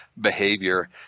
behavior